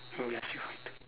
oh that's right